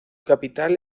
capital